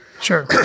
Sure